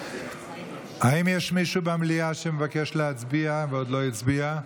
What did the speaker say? האם יש מישהו במליאה שמבקש להצביע ועוד לא הצביע?